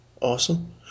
Awesome